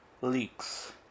leaks